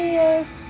yes